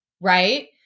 right